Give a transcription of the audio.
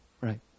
right